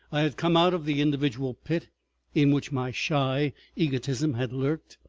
i had come out of the individual pit in which my shy egotism had lurked,